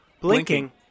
Blinking